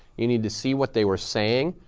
you need to see what they were saying,